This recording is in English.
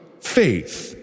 faith